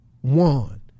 one